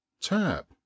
tap